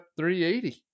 380